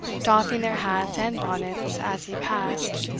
doffing their hats and bonnets as he passed,